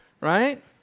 Right